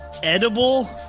Edible